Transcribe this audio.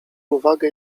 uwagę